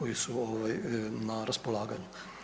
koji su na raspolaganju.